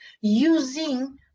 using